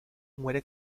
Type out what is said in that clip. muere